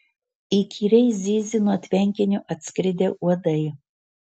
įkyriai zyzė nuo tvenkinio atskridę uodai